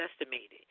estimated